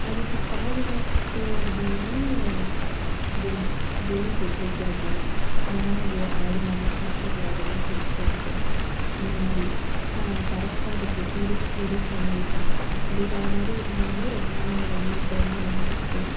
அதுக்கு பாதுகாப்பு அப்படின்னா டெல் வேலி போட்டு வைக்கிறது ஏன்னா அது ஆடு மாடுலாம் சாப்பிட்ற கூடாது இல்லைனா செத்து போயிடும் செடி அந்த மாதிரி கரெக்டாக அதுக்கு டூ டேஸ் த்ரீ டேஸ் தண்ணி ஊற்றணும் குளிர் காலமாகவே இருந்தாலும் ரொம்ப நாள் நம்ம தண்ணி ஊற்றலனா அது வந்து செத்து போயிடும்